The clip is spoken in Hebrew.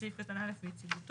בסעיף קטן (א) ויציבותו,